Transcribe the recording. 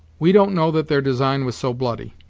we don't know that their design was so bloody.